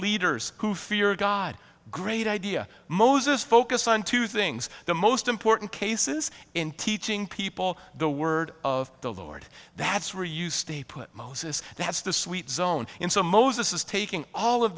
leaders who fear god great idea moses focus on two things the most important cases in teaching people the word of the lord that's where you stay put moses that's the sweet zone in so moses is taking all of